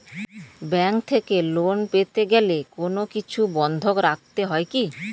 Bank থেকে loan পেতে গেলে কোনো কিছু বন্ধক রাখতে হয় কি?